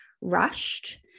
rushed